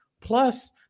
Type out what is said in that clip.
plus